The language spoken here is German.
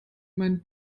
meinen